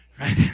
right